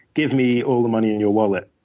give me all the money in your wallet.